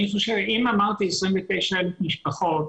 אם אמרתי 29,000 משפחות